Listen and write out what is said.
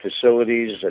facilities